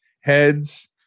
heads